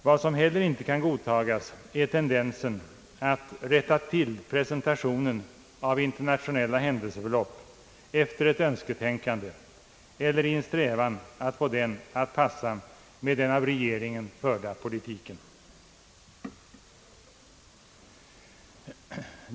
Vad som inte kan godtas är tendensen att rätta till presentationen av internationella händelseförlopp efter ett önsketänkande eller en strävan att få dem att passa med den av regeringen förda politiken.